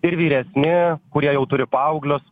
ir vyresni kurie jau turi paauglius